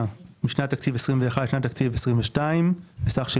משנת התקציב 21' לשנת התקציב 22' בסך של